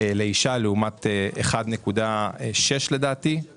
1.9 ב-OECD.